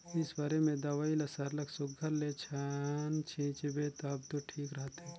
spray में दवई ल सरलग सुग्घर ले घन छींचबे तब दो ठीक रहथे